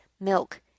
milk